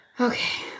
Okay